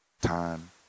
Time